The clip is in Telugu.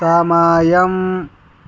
సమయం